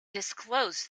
disclosed